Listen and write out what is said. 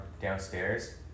downstairs